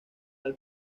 all